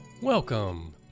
Welcome